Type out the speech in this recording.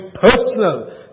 personal